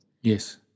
Yes